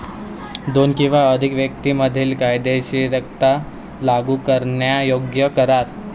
दोन किंवा अधिक व्यक्तीं मधील कायदेशीररित्या लागू करण्यायोग्य करार